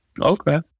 Okay